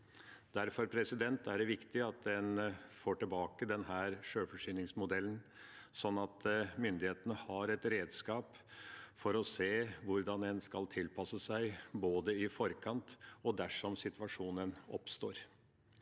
Derfor er det viktig at en får tilbake denne sjølforsyningsmodellen, sånn at myndighetene har et redskap for å se hvordan en skal tilpasse seg, både i forkant og dersom situasjonen oppstår.